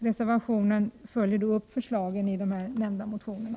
Reservationen följer upp förslagen i de tidigare nämnda motionerna.